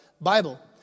Bible